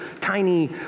tiny